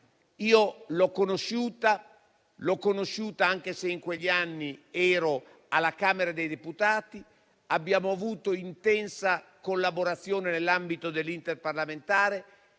la loro esistenza. L'ho conosciuta, anche se in quegli anni ero alla Camera dei deputati. Abbiamo avuto un'intensa collaborazione nell'ambito dell'interparlamentare